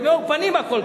במאור פנים הכול,